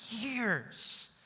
years